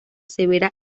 severa